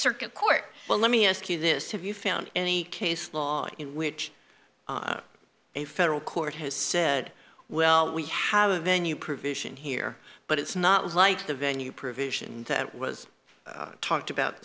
circuit court well let me ask you this have you found any case law in which a federal court has said well we have a venue prove vision here but it's not like the venue provision that was talked about